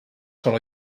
sol